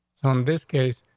um this case,